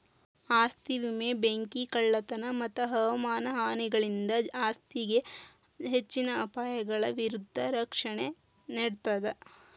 ಆಸ್ತಿ ವಿಮೆ ಬೆಂಕಿ ಕಳ್ಳತನ ಮತ್ತ ಹವಾಮಾನ ಹಾನಿಗಳಿಂದ ಆಸ್ತಿಗೆ ಹೆಚ್ಚಿನ ಅಪಾಯಗಳ ವಿರುದ್ಧ ರಕ್ಷಣೆ ನೇಡ್ತದ